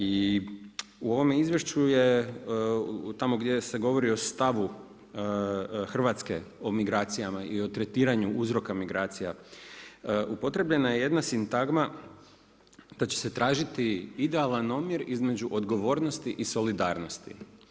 I u ovome izvješću je tamo, gdje se govori o stavu Hrvatske o migracijama i o tretiranju uzroka migracija, upotrijebljena je jedna sintagma, da će se tražiti idealan omjer, između odgovornosti i solidarnosti.